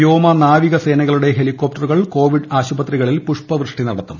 വ്യോമ നാവിക സേനകളുടെ ഹെലികോപ്റ്ററുകൾ കോവിഡ് ആശുപത്രികളിൽ പൂഷ്പവൃഷ്ടി നടത്തും